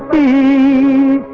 e